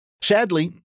Sadly